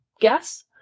guess